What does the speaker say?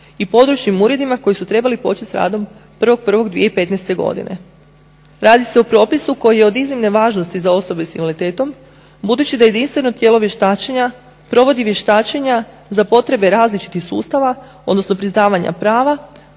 i područnim uredima koji su trebali početi s radom 1.01.2015. godine. Radi se o propisu koji je od iznimne važnosti za osobe s invaliditetom budući da jedinstveno tijelo vještačenja provodi vještačenja za potrebe različitih sustava odnosno priznavanja prava